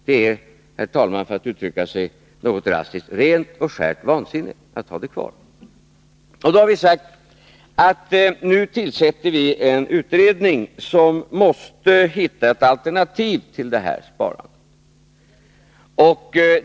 Det är, herr talman, något drastiskt uttryckt, rent och skärt vansinne att ha det kvar. Då har vi sagt att nu tillsätter vi en utredning som måste hitta ett alternativ till detta sparande.